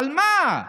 על מה?